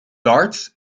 darts